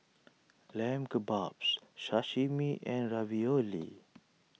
Lamb Kebabs Sashimi and Ravioli